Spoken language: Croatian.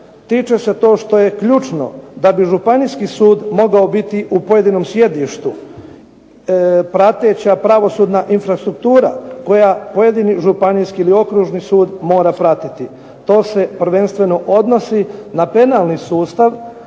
tiče se to što je ključno da bi Županijski sud mogao biti u pojedinom sjedištu prateća pravosudna infrastruktura koja pojedini županijski ili okružni sud mora pratiti. To se prvenstveno odnosi na penalni sustav,